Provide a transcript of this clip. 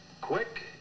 quick